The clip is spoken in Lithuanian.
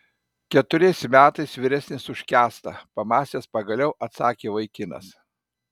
keturiais metais vyresnis už kęstą pamąstęs pagaliau atsakė vaikinas